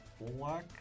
black